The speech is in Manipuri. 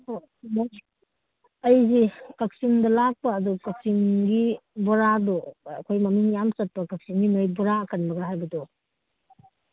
ꯑꯩꯖꯤ ꯀꯛꯆꯤꯡꯗ ꯂꯥꯛꯄ ꯑꯗꯨ ꯀꯛꯆꯤꯡꯒꯤ ꯕꯣꯔꯥꯗꯨ ꯑꯩꯈꯣꯏ ꯃꯃꯤꯡ ꯌꯥꯝ ꯆꯠꯄ ꯀꯛꯆꯤꯡꯒꯤ ꯅꯣꯏ ꯕꯣꯔꯥ ꯑꯀꯟꯕꯒ ꯍꯥꯏꯕꯗꯣ